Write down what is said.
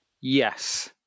Yes